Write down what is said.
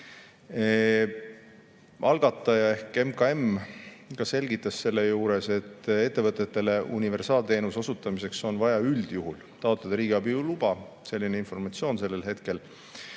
Algataja ehk MKM selgitas selle juures, et ettevõtetele universaalteenuse osutamiseks on vaja üldjuhul taotleda riigiabi luba. Selline informatsioon oli sellel hetkel.